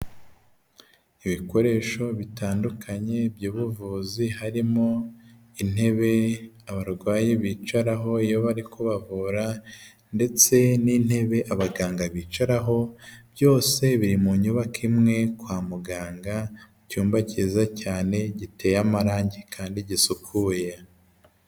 Ibikoresho bitandukanye by'ubuvuzi, harimo intebe abarwayi bicaraho iyo bari kubavura ndetse n'intebe abaganga bicaraho, byose biri mu nyubako imwe kwa muganga, mu cyumba cyiza cyane, giteye amarangi kandi gisukuye.